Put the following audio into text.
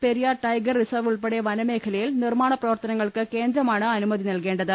Periyar tiger reserve ഉൾപ്പെടെ വനമേഖലയിൽ നിർമ്മാണ പ്രവർത്തനങ്ങൾക്ക് കേന്ദ്രമാണ് അനുമതി നൽകേ ണ്ടത്